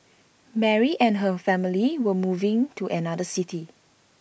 Mary and her family were moving to another city